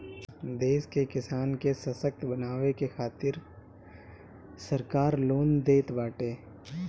देश के किसान के ससक्त बनावे के खातिरा सरकार लोन देताटे